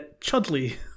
Chudley